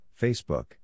Facebook